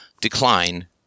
decline